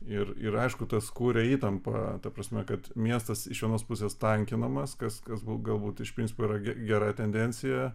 ir ir aišku tas kuria įtampą ta prasme kad miestas iš vienos pusės tankinamas kas kas buvo galbūt iš principo yra ge gera tendencija